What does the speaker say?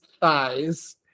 thighs